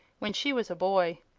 when she was a boy.